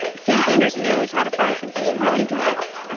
sam sanders knows how to fry some food he really does.